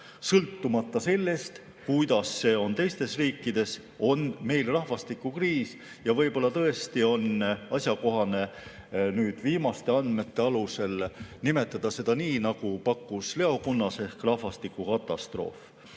Sõltumata sellest, kuidas see on teistes riikides, on meil rahvastikukriis. Võib-olla on tõesti nüüd asjakohane viimaste andmete alusel nimetada seda nii, nagu pakkus Leo Kunnas, ehk rahvastikukatastroof.